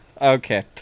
okay